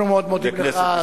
אנחנו מאוד מודים לך,